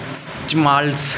स्मालट्स